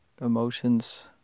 emotions